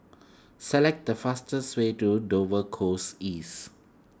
select the fastest way to Dover Close East